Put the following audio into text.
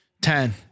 Ten